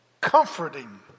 comforting